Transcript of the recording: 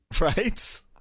Right